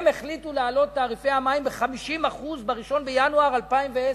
הם החליטו להעלות את תעריפי המים ב-50% ב-1 בינואר 2010,